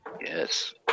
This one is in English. Yes